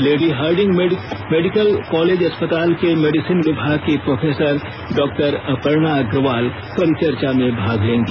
lady Hardinge medical college अस्पताल के medicine विमाग की प्रोफेसर डॉक्टर अपर्णा अग्रवाल परिचर्चा में भाग लेंगी